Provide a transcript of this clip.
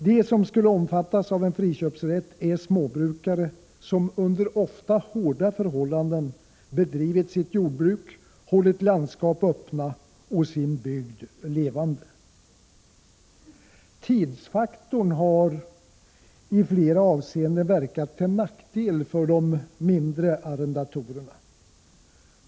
De som skulle omfattas av en friköpsrätt är småbrukare som under ofta hårda förhållanden bedrivit sitt jordbruk, hållit landskap öppna — Prot. 1985/86:100 och sin bygd levande. 19 mars 1986 Tidsfaktorn verkar i flera avseenden till nackdel för de mindre arrendatorerna.